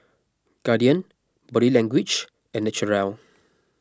Guardian Body Language and Naturel